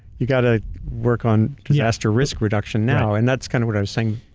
you gotta work on disaster risk reduction now, and that's kind of what i was saying.